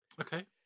Okay